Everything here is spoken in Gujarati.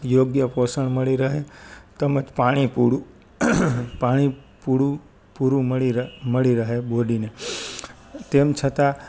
યોગ્ય પોષણ મળી રહે તેમજ પાણી પૂરું પાણી પૂરું પૂરું મળી રહે બોડીને તેમ છતાં